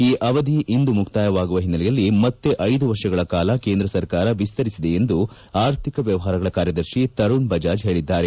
ಆ ಅವಧಿ ಇಂದು ಮುಕ್ತಾಯವಾಗುವ ಹಿನ್ನೆಲೆಯಲ್ಲಿ ಮತ್ತೆ ಐದು ವರ್ಷಗಳ ಕಾಲ ಕೇಂದ್ರ ಸರ್ಕಾರ ವಿಸ್ತರಿಸಿದೆ ಎಂದು ಆರ್ಥಿಕ ವ್ನವಹಾರಗಳ ಕಾರ್ಯದರ್ಶಿ ತರುಣ್ ಬಜಾಜ್ ಹೇಳಿದ್ದಾರೆ